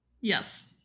yes